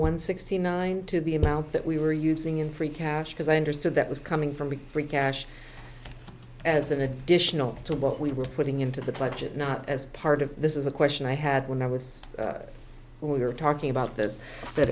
one sixty nine to the amount that we were using in free cash because i understood that was coming from the free cash as an additional to what we were putting into the pledges not as part of this is a question i had when i was we were talking about this that